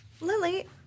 Lily